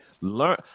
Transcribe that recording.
learn